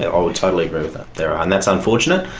i would totally agree with that, there are, and that's unfortunate,